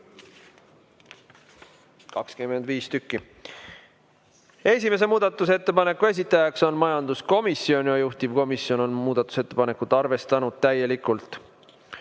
25 tükki. Esimese muudatusettepaneku esitaja on majanduskomisjon ja juhtivkomisjon on muudatusettepanekut arvestanud täielikult.